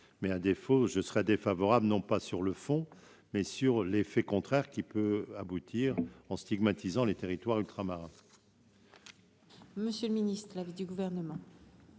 mais un défaut je serai défavorable, non pas sur le fond mais sur l'effet contraire qui peut aboutir en stigmatisant les territoires ultramarins.